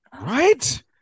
Right